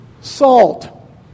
Salt